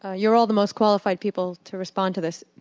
ah you are all the most qualified people to respond to this.